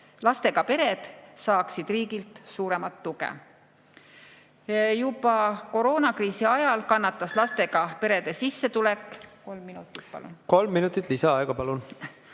lastega pered saaksid riigilt suuremat tuge. Juba koroonakriisi ajal kannatas lastega perede sissetulek. Kolm minutit, palun! Kolm minutit lisaaega. Palun!